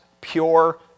pure